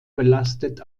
belastet